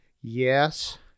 Yes